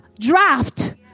draft